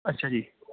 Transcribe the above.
ਅੱਛਾ ਜੀ